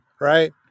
right